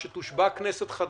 כשתושבע כנסת חדשה,